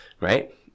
right